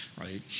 right